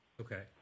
okay